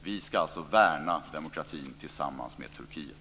Vi ska alltså värna demokratin tillsammans med Turkiet.